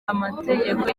amategeko